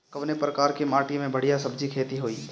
कवने प्रकार की माटी में बढ़िया सब्जी खेती हुई?